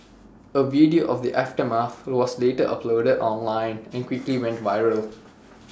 A video of the aftermath was later uploaded online and quickly went viral